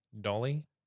Dolly